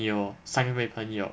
你有三位朋友